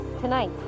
tonight